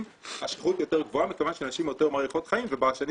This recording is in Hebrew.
השכיחות יותר גבוהה מכיוון שנשים יותר מאריכות חיים ובשנים